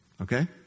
Okay